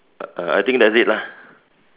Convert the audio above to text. uh I think that's it lah